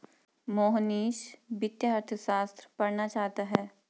मोहनीश वित्तीय अर्थशास्त्र पढ़ना चाहता है